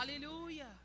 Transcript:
Hallelujah